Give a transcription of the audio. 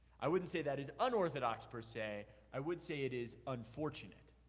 i wouldn't say that is unorthodox, per se, i would say it is unfortunate.